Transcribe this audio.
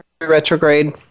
retrograde